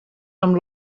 amb